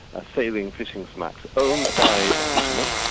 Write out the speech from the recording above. a sailing fishing smack. owned by a fisherman,